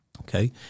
Okay